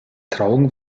trauung